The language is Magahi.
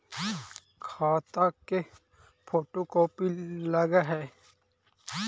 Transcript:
खाता के फोटो कोपी लगहै?